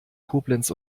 koblenz